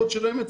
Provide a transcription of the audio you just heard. יוסי דגן,